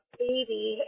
baby